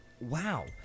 wow